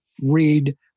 read